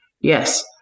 Yes